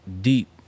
deep